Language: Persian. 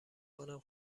کنم